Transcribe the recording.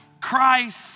Christ